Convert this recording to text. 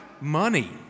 money